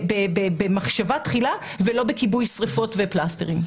במחשבה תחילה ולא בכיבוי שריפות ופלסטרים.